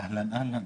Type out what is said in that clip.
אהלן אהלן.